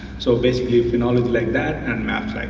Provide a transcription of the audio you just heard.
so basically phonology like that and maps like